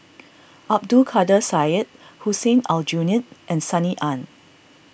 Abdul Kadir Syed Hussein Aljunied and Sunny Ang